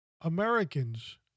Americans